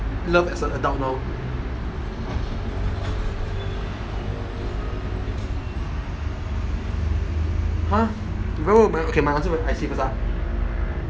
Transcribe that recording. love as a adult now har my ans~ my answer okay I say first ah